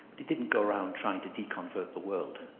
didn't go around trying to deconvert the world.